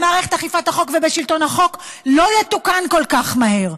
במערכת אכיפת החוק ובשלטון החוק לא יתוקן כל כך מהר.